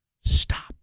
Stop